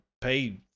pay